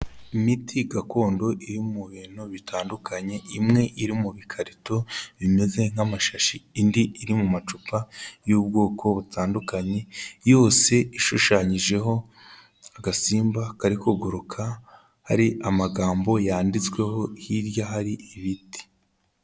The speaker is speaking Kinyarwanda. Imiti gakondo iri mu bintu bitandukanye imwe iri mu bikarito bimeze nk'amashashi, indi iri mu macupa y'ubwoko butandukanye, yose ishushanyijeho agasimba kari kuguruka hari amagambo yanditsweho hirya hari ibiti.